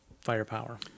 firepower